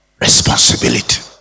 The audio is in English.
Responsibility